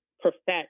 perfect